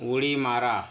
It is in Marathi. उडी मारा